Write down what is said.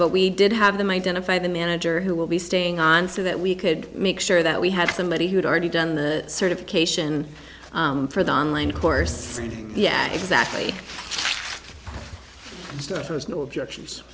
but we did have them identify the manager who will be staying on so that we could make sure that we had somebody who'd already done the certification for the online course yeah exactly stouffer's no objections